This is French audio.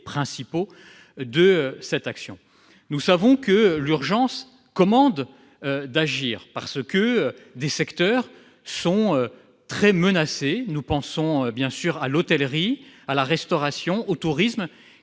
piliers de cette action. Nous savons que l'urgence commande d'agir parce que des secteurs sont très menacés. Je pense, bien sûr, à l'hôtellerie, à la restauration et au tourisme,